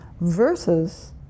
versus